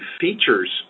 features